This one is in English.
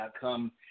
come